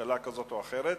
ממשלה כזאת או אחרת,